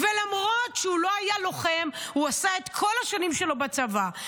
ולמרות שהוא לא היה לוחם הוא עשה את כל השנים שלו בצבא.